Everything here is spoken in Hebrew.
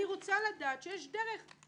אני רוצה לדעת שיש דרך.